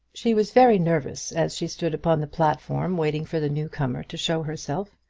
she was very nervous as she stood upon the platform waiting for the new comer to show herself.